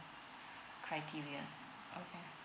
criteria